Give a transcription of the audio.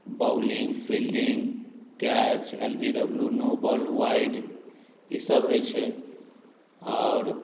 bowling fielding catch L B W no ball wide ईसभ होइत छै आओर